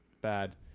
Bad